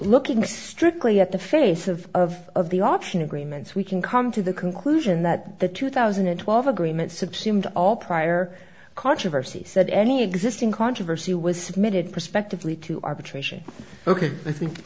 looking strictly at the face of of the option agreements we can come to the conclusion that the two thousand and twelve agreement subsumed all prior controversy said any existing controversy was submitted prospectively to arbitration ok i think